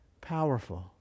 powerful